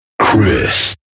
chris